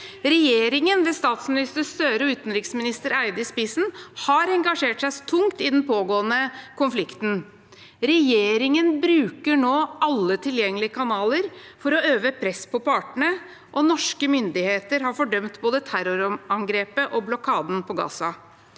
gen, med statsminister Støre og utenriksminister Barth Eide i spissen, har engasjert seg tungt i den pågående konflikten. Regjeringen bruker nå alle tilgjengelige kanaler for å øve press på partene, og norske myndigheter har fordømt både terrorangrepet og blokaden på Gaza.